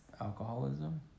Alcoholism